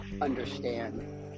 understand